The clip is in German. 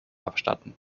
abstatten